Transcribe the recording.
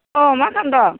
अ' मा खालामदों